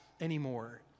anymore